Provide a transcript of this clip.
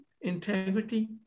integrity